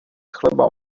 chleba